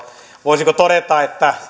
voisinko todeta että